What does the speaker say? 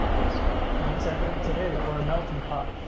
so that's evident today that we're a melting pot.